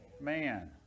man